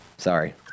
Sorry